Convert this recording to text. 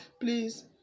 please